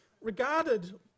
regarded